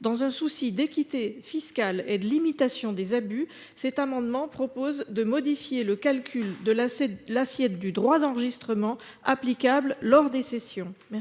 Dans un souci d’équité fiscale et de limitation des abus, nous proposons de modifier le calcul de l’assiette du droit d’enregistrement applicable lors des cessions. La